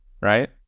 right